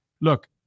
Look